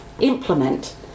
implement